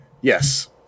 yes